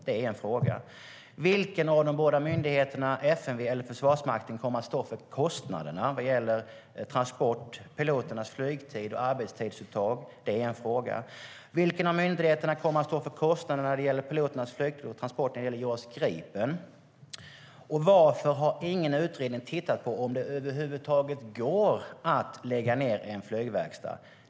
Det är en fråga. Vilken av de båda myndigheterna FMV och Försvarsmakten kommer att stå för kostnaderna för transport, piloternas flygtid och arbetstidsuttag? Det är en fråga. Vilken av myndigheterna kommer att stå för kostnaderna när det gäller transport och piloternas flygtid för JAS Gripen? Och varför har ingen utredning sett på om det över huvud taget går att lägga ned en flygverkstad?